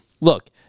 look